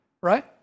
right